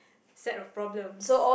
set of problems